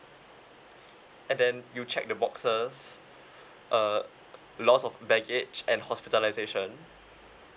and then you check the boxes uh loss of baggage and hospitalisation